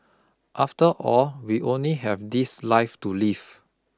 after all we only have this life to live